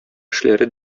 эшләре